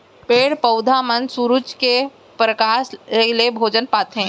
पेड़ पउधा मन सुरूज के परकास ले भोजन पाथें